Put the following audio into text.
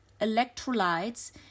electrolytes